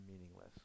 meaningless